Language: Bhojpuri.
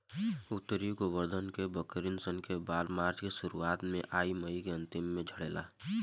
उत्तरी गोलार्ध के बकरी सन के बाल मार्च के शुरुआत में आ मई के अन्तिम में झड़ेला